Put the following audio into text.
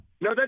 No